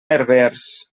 herbers